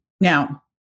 Now